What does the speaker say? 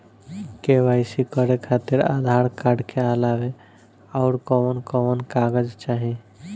KYC करे खातिर Aadhaar card के अलावा आउरकवन कवन कागज चाहीं?